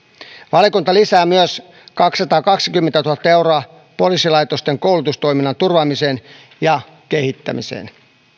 valiokunta lisää myös kaksisataakaksikymmentätuhatta euroa poliisilaitosten koulutustoiminnan turvaamiseen ja kehittämiseen